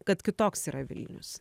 kad kitoks yra vilnius